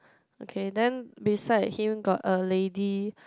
okay then beside him got a lady